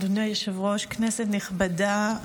אדוני היושב-ראש, כנסת נכבדה,